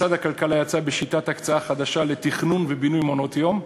משרד הכלכלה יצא בשיטת הקצאה חדשה לתכנון ובינוי מעונות-יום,